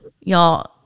y'all